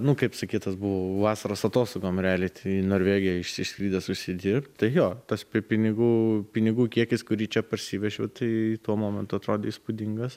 nu kaip sakyt tas buvau vasaros atostogom realiai tai į norvegiją išskridęs užsidirbt tai jo tas pinigų pinigų kiekis kurį čia parsivežiau tai tuo momentu atrodė įspūdingas